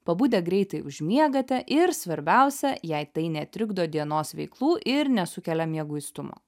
pabudę greitai užmiegate ir svarbiausia jei tai netrikdo dienos veiklų ir nesukelia mieguistumo